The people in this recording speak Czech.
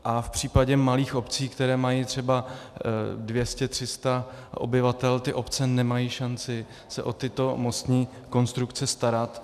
A v případě malých obcí, které mají třeba 200, 300 obyvatel, ty obce nemají šanci se o tyto mostní konstrukce starat.